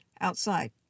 outside